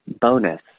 bonus